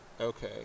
Okay